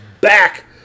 back